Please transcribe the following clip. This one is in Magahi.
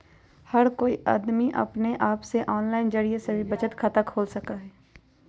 हर कोई अमदी अपने आप से आनलाइन जरिये से भी बचत खाता खोल सका हई